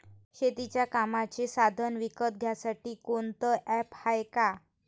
शेतीच्या कामाचे साधनं विकत घ्यासाठी कोनतं ॲप हाये का?